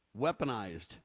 weaponized